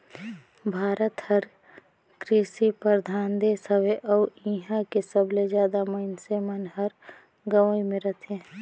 भारत हर कृसि परधान देस हवे अउ इहां के सबले जादा मनइसे मन हर गंवई मे रथें